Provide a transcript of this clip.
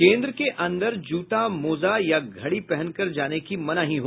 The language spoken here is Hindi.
केन्द्र के अंदर जूता मौजा या घड़ी पहनकर जाने की मनाही है